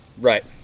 right